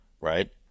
right